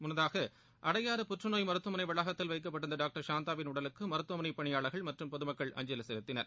முன்னதாக அடையாறு புற்றுநோய் மருத்துவமனை வளாகத்தில் வைக்கப்பட்டிருந்த டாக்டர் சாந்தாவின் உடலுக்கு மருத்துவமனை பணியாளர்கள் மற்றும் பொதுமக்கள் அஞ்சலி செலுத்தினர்